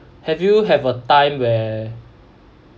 have you have a time where